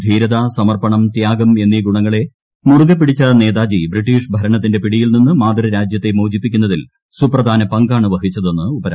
ധീരത സമർപ്പണം ത്യാഗം എന്നീ ഗുണങ്ങളെ മുറുകെ പ്പിടിച്ച നേതാജി ബ്രിട്ടീഷ് ഭരണത്തിന്റെ പിടിയിൽ നിന്ന് മാതൃരാജ്യത്തെ മോചിപ്പിക്കുന്നതിൽ സുപ്രധാന പങ്കാണ് വഹിച്ചതെന്ന് ഉപരാഷ്ട്രപതി ട്വിറ്ററിൽ കുറിച്ചു